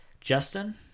Justin